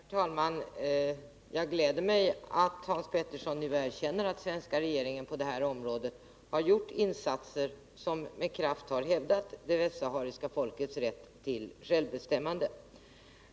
Herr talman! Det gläder mig att Hans Petersson i Hallstahammar nu erkänner att den svenska regeringen har gjort insatser på det här området och med kraft har hävdat det västsahariska folkets rätt till självbestämmande.